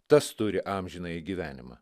tas turi amžinąjį gyvenimą